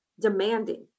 demanding